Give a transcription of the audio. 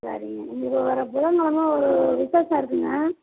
சரிங்க எங்களுக்கு வர புதன்கிலம ஒரு விசேஷம் இருக்குதுங்க